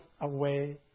away